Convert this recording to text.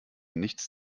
nichts